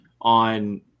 on –